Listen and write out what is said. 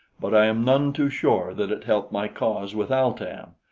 but i am none too sure that it helped my cause with al-tan.